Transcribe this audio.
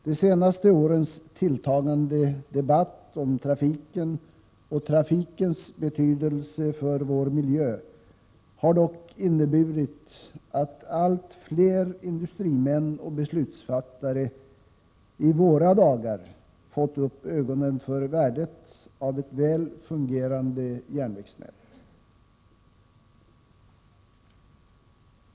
De senaste årens tilltagande debatt om trafiken och trafikens betydelse för vår miljö har dock inneburit att allt fler industrimän och beslutsfattare i våra dagar fått upp ögonen för värdet av ett väl fungerande järnvägsnät.